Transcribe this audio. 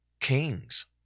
kings